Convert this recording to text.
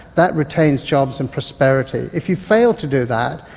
that retains jobs and prosperity. if you fail to do that,